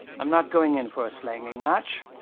i'm not going in for a slanging match.